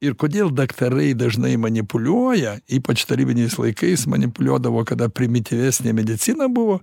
ir kodėl daktarai dažnai manipuliuoja ypač tarybiniais laikais manipuliuodavo kada primityvesnė medicina buvo